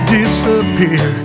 disappear